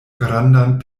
grandan